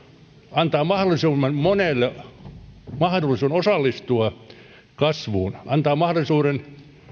antaa mahdollisimman monelle mahdollisuuden osallistua kasvuun antaa mahdollisuuden